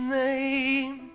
name